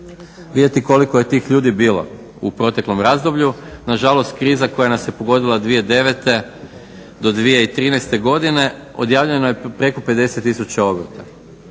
vidjeti koliko je tih ljudi bilo u proteklom razdoblju. Nažalost, kriza koja nas je pogodila 2009.-2013. odjavljeno je preko 50 tisuća